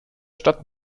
stadt